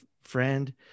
friend